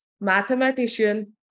mathematician